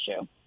issue